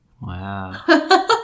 Wow